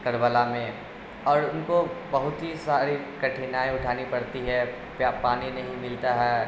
کربلا میں اور ان کو بہت ہی ساری کٹھنائی اٹھانی پڑتی ہے پیا پانی نہیں ملتا ہے